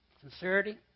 Sincerity